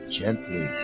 gently